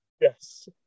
Yes